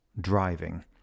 driving